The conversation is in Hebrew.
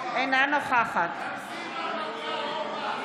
אינה נוכחת איפה את?